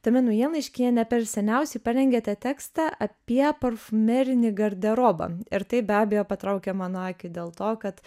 tame naujienlaiškyje ne per seniausiai parengėte tekstą apie parfumeriniai garderobą ir tai be abejo patraukė mano akį dėl to kad